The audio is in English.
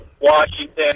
Washington